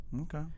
Okay